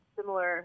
similar